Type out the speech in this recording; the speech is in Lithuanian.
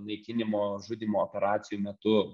naikinimo žudymo operacijų metu